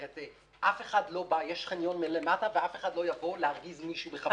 יש חניון למטה ואף אחד לא יבוא להרגיז מישהו בכוונה.